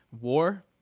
war